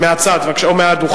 בבקשה.